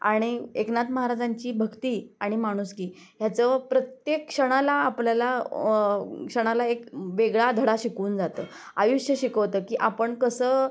आणि एकनाथ महाराजांची भक्ती आणि माणुसकी ह्याचं प्रत्येक क्षणाला आपल्याला क्षणाला एक वेगळा धडा शिकवून जातं आयुष्य शिकवतं की आपण कसं